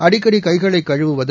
அடிக்கடி கைகளை கழுவுவது